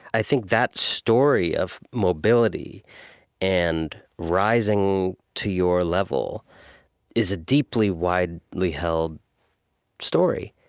i think that story of mobility and rising to your level is a deeply, widely held story.